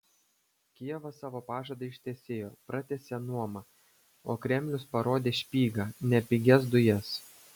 kijevas savo pažadą ištesėjo pratęsė nuomą o kremlius parodė špygą ne pigias dujas